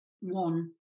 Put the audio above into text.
one